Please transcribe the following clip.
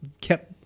kept